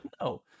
no